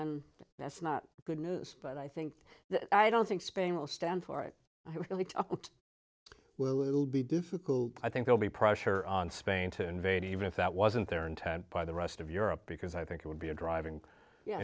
on that's not good news but i think i don't think spain will stand for it well it will be difficult i think they'll be pressure on spain to invade even if that wasn't their intent by the rest of europe because i think it would be a driving